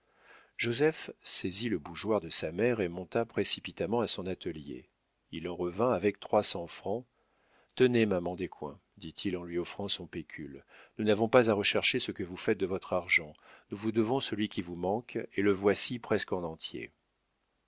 joseph saisit le bougeoir de sa mère et monta précipitamment à son atelier il en revint avec trois cents francs tenez maman descoings dit-il en lui offrant son pécule nous n'avons pas à rechercher ce que vous faites de votre argent nous vous devons celui qui vous manque et le voici presque en entier